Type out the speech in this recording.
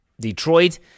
Detroit